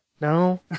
No